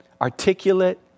articulate